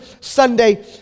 Sunday